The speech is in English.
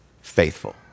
faithful